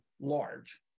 large